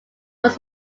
was